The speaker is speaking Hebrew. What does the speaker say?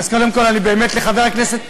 אז קודם כול, לחבר הכנסת